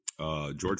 George